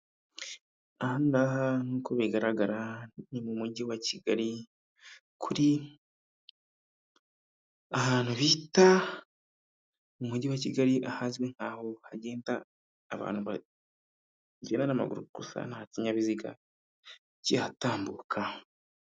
Ahangaha nk'uko bigaragara ni mu mujyi wa Kigali, ahantu bita mu mujyi wa Kigali, ahazwi nk'aho hagenda abantu bagira n'amaguru, nta kinyabiziga kihatambuka.